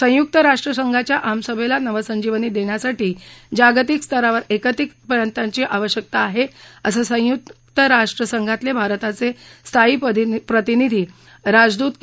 संयुक्त राष्ट्रसंघाच्या आमसभेला नवसंजीवनी देण्यासाठी जागतिक स्तरावर एकत्रित प्रयत्नांची आवश्यकता आहे असं संयुक्त राष्ट्रसंघातले भारताचे स्थायी प्रतिनिधी राजदुत के